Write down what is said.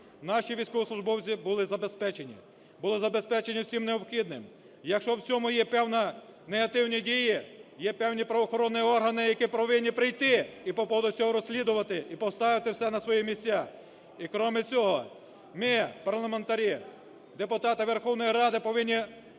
наші військовослужбовці були забезпечені, були забезпечені всім необхідним. Якщо в цьому є певні негативні дії, є певні правоохоронні органи, які повинні прийти і по поводу цього розслідувати і поставити все на свої місця. І, крім цього, ми, парламентарі, депутати Верховної Ради, повинні